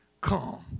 come